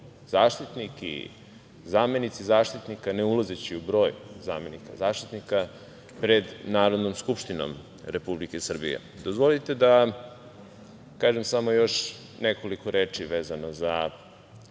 Zaštitnik i zamenici Zaštitnika, ne ulazeći u broj zamenika Zaštitnika pred Narodnom skupštinom Republike Srbije. Dozvolite da kažem samo još nekoliko reči vezano za